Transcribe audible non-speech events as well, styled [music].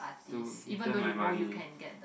to give them my money [laughs]